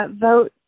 vote